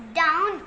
down